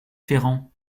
ferrand